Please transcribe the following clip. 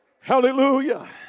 Hallelujah